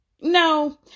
No